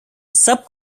sub